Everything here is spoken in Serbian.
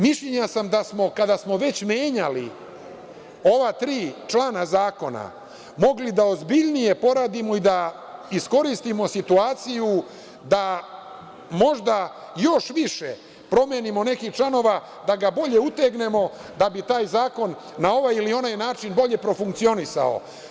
Mišljenja smo da smo, kada smo već menjali ova tri člana zakona, mogli da ozbiljnije poradimo i da iskoristimo situaciju da možda još više promenimo nekih članova, da ga bolje utegnemo da bi taj zakon na ovaj ili onaj način bolje profunkcionisao.